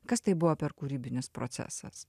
kas tai buvo per kūrybinis procesas